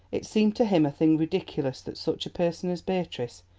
it seemed to him a thing ridiculous that such a person as beatrice,